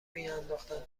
میانداختند